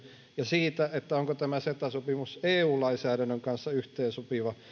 ja siitä siitä onko tämä ceta sopimus eu lainsäädännön kanssa yhteensopiva